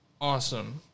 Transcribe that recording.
awesome